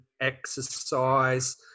exercise